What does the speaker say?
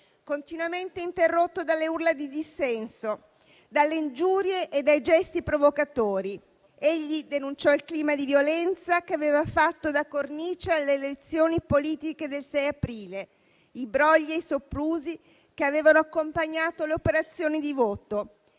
continuamente interrotto dalle urla di dissenso, dalle ingiurie e dai gesti provocatori. Egli denunciò il clima di violenza che aveva fatto da cornice alle elezioni politiche del 6 aprile, i brogli e i soprusi che avevano accompagnato le operazioni di voto.